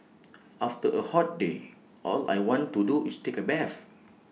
after A hot day all I want to do is take A bath